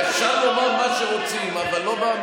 אפשר לומר מה שרוצים, אבל לא בעמידה.